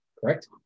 correct